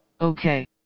Okay